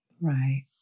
Right